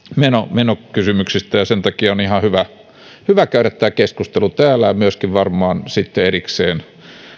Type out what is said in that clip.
menokysymyksistä ja sen takia on ihan hyvä hyvä käydä tämä keskustelu täällä ja myöskin varmaan sitten erikseen